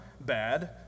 bad